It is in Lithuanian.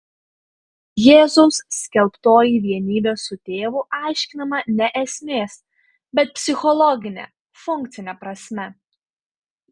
jėzaus skelbtoji vienybė su tėvu aiškinama ne esmės bet psichologine funkcine prasme